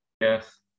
Yes